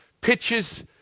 pictures